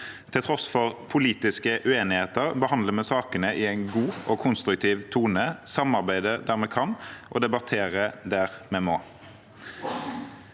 Til tross for politiske uenigheter behandler vi sakene i en god og konstruktiv tone, samarbeider der vi kan, og debatterer der vi må.